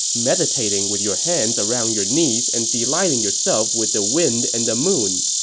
meditating with your hands around your knees and delighting yourself with the wind and the moon.